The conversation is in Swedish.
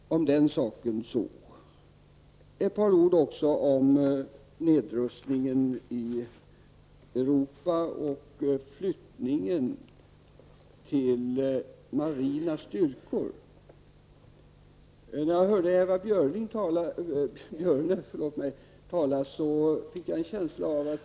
Ett par ord också om nedrustningen i Europa och flyttningen till marina styrkor. När jag hörde Eva Björne tala fick jag en känsla av att ...